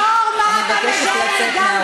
בתור מי שסרסר בנשים?